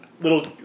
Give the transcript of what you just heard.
Little